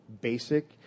basic